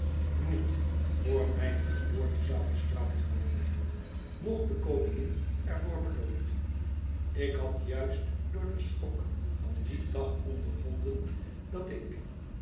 niet voor mijne geboorte zou gestraft worden noch de koningin er voor beloond ik had juist door den schok van dien dag ondervonden dat ik